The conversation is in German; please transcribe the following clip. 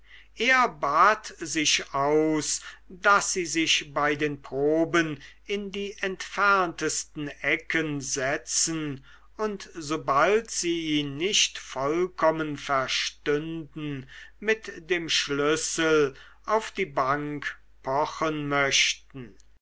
er bat sich aus daß sie sich bei den proben in die entferntesten ecken setzten und sobald sie ihn nicht vollkommen verstünden mit dem schlüssel auf die bank pochen möchten